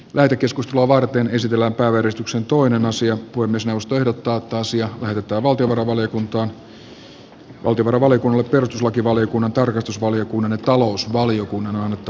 lähetekeskustelua varten esitellä veristuksen toinen asia kuin myös puhemiesneuvosto ehdottaa että asia lähetetään valtiovarainvaliokuntaan jolle perustuslakivaliokunnan tarkastusvaliokunnan ja talousvaliokunnan on annettava lausunto